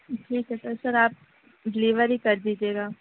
ٹھیک ہے sir sir آپ ڈیلیوری کر دیجیے گا